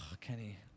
Kenny